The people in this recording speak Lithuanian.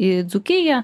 į dzūkiją